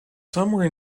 somewhere